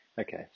Okay